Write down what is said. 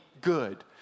good